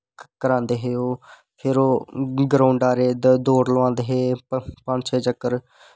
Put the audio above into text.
करांदे हे ओह् फिर ओह् ग्रैऊंड र दौड़ लोआंदे हे पंज छे चक्कर